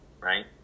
right